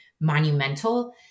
monumental